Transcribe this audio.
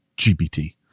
GPT